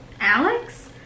Alex